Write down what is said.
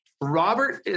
Robert